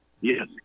Yes